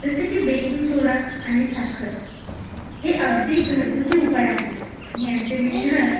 जसे की baking soda आणि साखर हे अगदी घरगुती उपाय आहेत यांचे मिश्रण